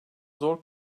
zor